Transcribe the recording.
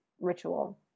ritual